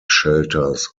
shelters